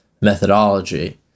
methodology